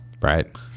Right